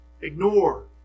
Ignore